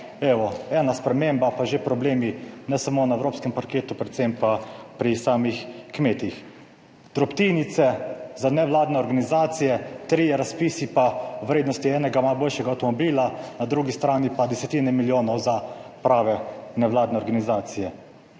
evo, ena sprememba pa že problemi ne samo na evropskem parketu, predvsem tudi pri samih kmetih. Drobtinice za nevladne organizacije, trije razpisi v vrednosti enega malo boljšega avtomobila, na drugi strani pa desetine milijonov za prave nevladne organizacije.